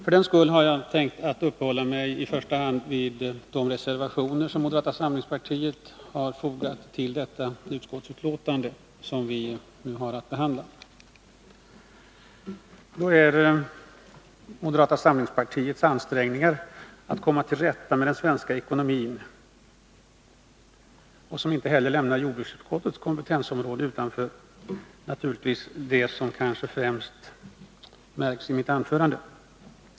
För den skull har jag tänkt uppehålla mig vid i första hand de reservationer som moderata samlingspartiet har fogat till det utskottsbetänkande som vi nu har att behandla. Moderata samlingspartiets ansträngningar att komma till rätta med den svenska ekonomin, som inte heller lämnar jordbruksutskottets kompetensområde utanför, är naturligtvis det som kanske främst märks i mitt anförande.